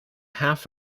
half